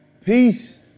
Peace